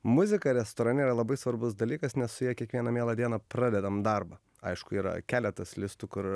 muzika restorane yra labai svarbus dalykas nes su ja kiekvieną mielą dieną pradedam darbą aišku yra keletas listų kur